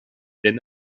denn